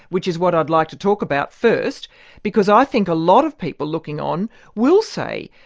which is what i'd like to talk about first because i think a lot of people looking on will say,